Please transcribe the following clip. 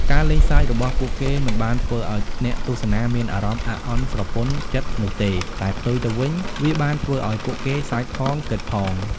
ការលេងសើចរបស់ពួកគេមិនបានធ្វើឲ្យអ្នកទស្សនាមានអារម្មណ៍អាក់អន់ស្រពន់ចិត្តនោះទេ តែផ្ទុយទៅវិញ វាបានធ្វើឲ្យពួកគេសើចផង គិតផង។